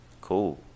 Cool